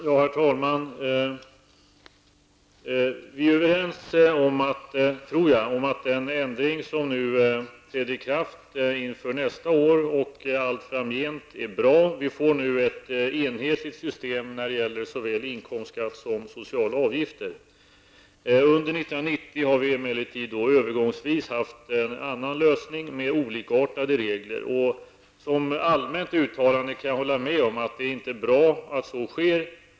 Herr talman! Jag tror vi är överens om att den ändring som nu träder i kraft och som gäller för nästa år och allt framgent är bra. Vi får nu ett enhetligt system när det gäller såväl inkomstskatt som sociala avgifter. Under år 1990 har vi emellertid övergångsvis haft en annan lösning med olikartade regler. Jag kan rent allmänt hålla med om att det inte är bra att sådant sker.